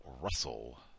Russell